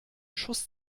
schuss